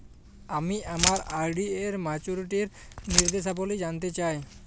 আমি আমার আর.ডি এর মাচুরিটি নির্দেশাবলী জানতে চাই